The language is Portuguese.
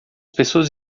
pessoas